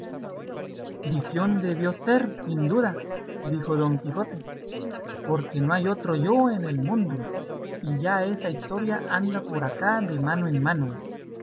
visión visión debió de ser sin duda dijo don quijote porque no hay otro yo en el mundo y ya esa historia anda por acá de mano en mano